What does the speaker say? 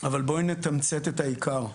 אבל בואי נתמצת את העיקר.